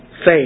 faith